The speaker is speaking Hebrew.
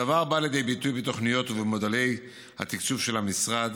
הדבר בא לידי ביטוי בתוכניות ובמודלי התקצוב של המשרד.